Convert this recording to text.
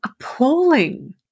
appalling